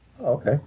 okay